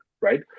right